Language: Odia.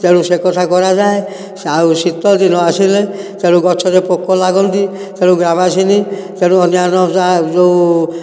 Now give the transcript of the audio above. ତେଣୁ ସେକଥା କରାଯାଏ ଆଉ ଶୀତ ଦିନ ଆସିଲେ ତେଣୁ ଯେଉଁ ଗଛରେ ପୋକ ଲାଗନ୍ତି ତେଣୁ ଗାମାକ୍ସିନ ତେଣୁ ଅନ୍ୟାନ୍ୟ ଯାହା ଯାହା ଯେଉଁ